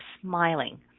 smiling